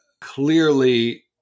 clearly